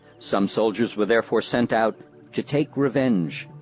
some soldiers were therefore sent out to take revenge.